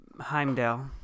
Heimdall